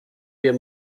wir